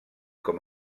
com